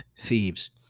thieves